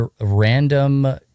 random